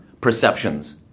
perceptions